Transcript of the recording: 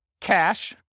cash